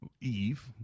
Eve